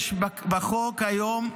יש בחוק היום,